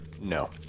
No